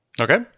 Okay